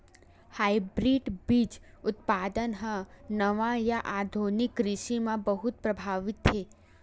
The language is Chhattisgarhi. हाइब्रिड बीज उत्पादन हा नवा या आधुनिक कृषि मा बहुत प्रभावी हे